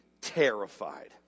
terrified